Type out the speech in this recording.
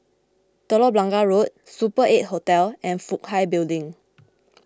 Telok Blangah Road Super eight Hotel and Fook Hai Building